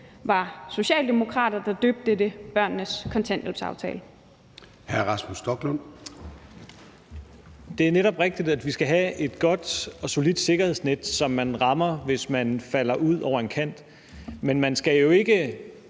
var socialdemokrater, der selv døbte det børnenes kontanthjælpsaftale.